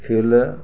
खेल